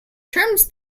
terms